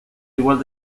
igual